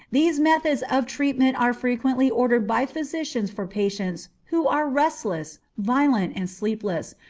these methods of treatment are frequently ordered by physicians for patients who are restless, violent, and sleepless,